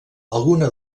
algunes